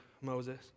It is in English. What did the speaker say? Moses